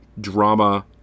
drama